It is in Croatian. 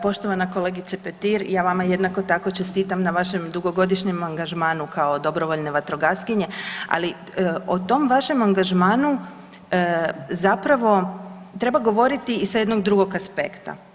Poštovana kolegice Petir, ja vama jednako tako čestitam na vašem dugogodišnjem angažmanu kao dobrovoljne vatrogaskinje, ali o tom vašem angažmanu zapravo treba govoriti s jednog drugog aspekta.